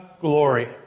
glory